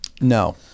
No